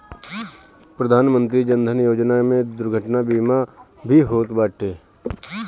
प्रधानमंत्री जन धन योजना में दुर्घटना बीमा भी होत बाटे